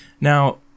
Now